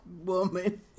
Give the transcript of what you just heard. woman